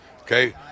okay